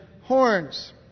horns